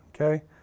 okay